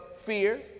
fear